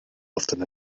often